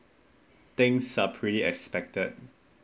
things are pretty expected